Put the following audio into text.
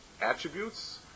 attributes